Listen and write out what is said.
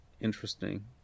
interesting